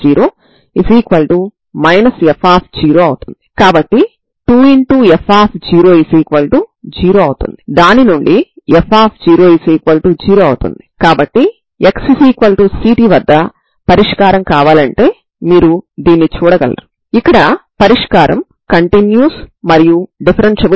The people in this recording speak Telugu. తర్వాత మీరు వీటిని సమీకరణం లో ప్రతిక్షేపించి ఎడమ చేతి వైపు x లలో ఫంక్షన్లు మరియు కుడి చేతి వైపు t లలో ఫంక్షన్ లు ఉండేలాగా విభజిస్తారు తర్వాత దీనిని ఒక పారామీటర్ గా అనుకుంటాము కాబట్టి XxXxTtc2Tt λ